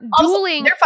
dueling